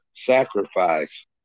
Sacrifice